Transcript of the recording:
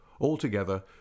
Altogether